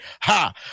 Ha